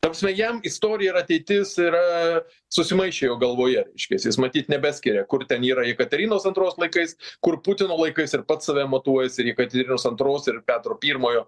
ta prasme jam istorija ir ateitis yra susimaišė jo galvoje reiškias jis matyt nebeskiria kur ten yra jekaterinos antros laikais kur putino laikais ir pats save matuojasi ir jekaterinos antros ir petro pirmojo